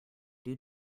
due